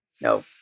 no